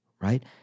right